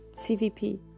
CVP